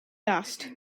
dust